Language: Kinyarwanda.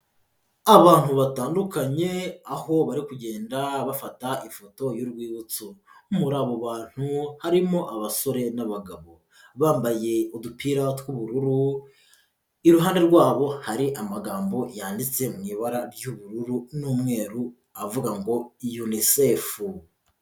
Abantu batandukanye, aho bari kugenda bafata ifoto y'urwibutso. Muri abo bantu harimo abasore n'abagabo. Bambaye udupira tw'ubururu, iruhande rwabo hari amagambo yanditse mu ibara ry'ubururu n'umweru, avuga ngo UNICEF.